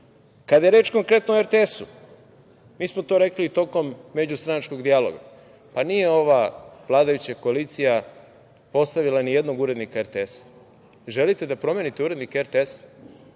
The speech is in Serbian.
je reč konkretno o RTS, mi smo to rekli tokom međustranačkog dijaloga. Nije ova vladajuća koalicija postavila nijednog urednika RTS. Želite da promenite urednika RTS?